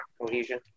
cohesion